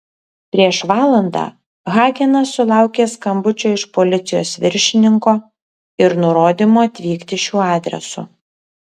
prieš valandą hagenas sulaukė skambučio iš policijos viršininko ir nurodymo atvykti šiuo adresu